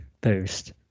boost